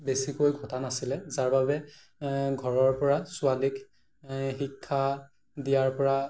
বেছিকৈ ঘটা নাছিলে যাৰ বাবে ঘৰৰ পৰা ছোৱালীক শিক্ষা দিয়াৰ পৰা